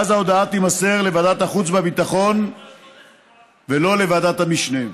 ואז ההודעה תימסר לוועדת החוץ והביטחון ולא לוועדת המשנה.